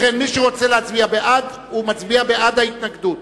לכן, מי שרוצה להצביע בעד, מצביע בעד ההתנגדות.